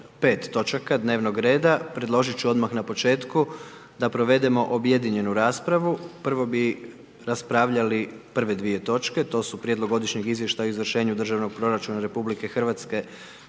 5 točaka dnevnog reda. Predložiti ću odmah na početku da provedemo objedinjenu raspravu. Prvo bi raspravljali prve dvije točke, to su: - Prijedlog godišnjeg izvještaja o izvršenju državnog proračuna RH za